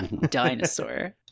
Dinosaur